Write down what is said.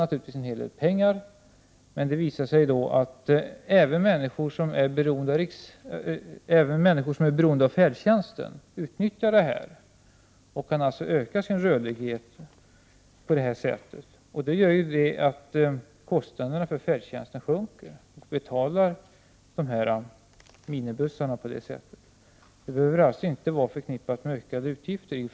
Naturligtvis kostar det här en hel del pengar, men även människor som är beroende av färdtjänsten utnyttjar minibussar och kan därför öka sin rörlighet på det sättet. Härigenom sjunker också kostnaderna för färdtjänsten, och minibussarna betalas. Det hela behöver alltså inte vara förknippat med högre utgifter.